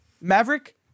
Maverick